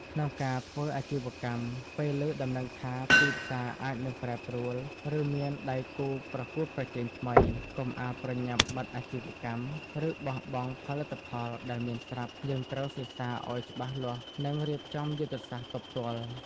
ក្នុងការធ្វើអាជីវកម្ម ពេលឮដំណឹងថាទីផ្សារអាចនឹងប្រែប្រួល ឬមានដៃគូប្រកួតប្រជែងថ្មី កុំអាលប្រញាប់បិទអាជីវកម្ម ឬបោះបង់ផលិតផលដែលមានស្រាប់ យើងត្រូវសិក្សាឲ្យច្បាស់លាស់ និងរៀបចំយុទ្ធសាស្ត្រទប់ទល់។